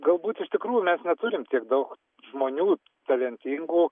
galbūt iš tikrųjų mes neturim tiek daug žmonių talentingų